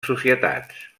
societats